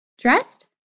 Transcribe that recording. Dressed